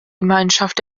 gemeinschaft